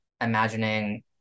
imagining